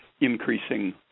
increasing